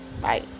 bye